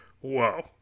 whoa